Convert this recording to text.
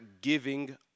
giving